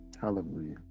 Hallelujah